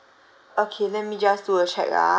okay let me just do a check ah